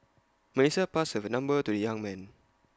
Melissa passed her number to the young man